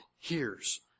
hears